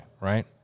right